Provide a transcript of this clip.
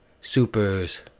supers